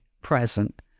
present